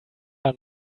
are